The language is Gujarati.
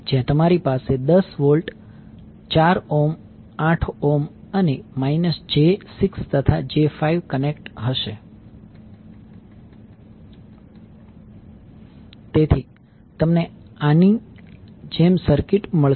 જ્યાં તમારી પાસે 10 વોલ્ટ 4 ઓહ્મ 8 ઓહ્મ અને j 6 તથા j 5 કનેક્ટ હશે તેથી તમને આની જેમ સર્કિટ મળશે